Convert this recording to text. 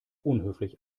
unhöflich